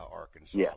Arkansas